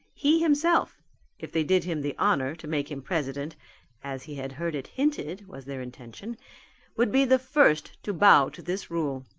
he himself if they did him the honour to make him president as he had heard it hinted was their intention would be the first to bow to this rule.